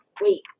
wait